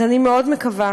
אז אני מאוד מקווה